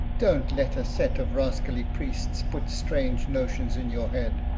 don't let a set of rascally priests put strange notions in your head.